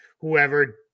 whoever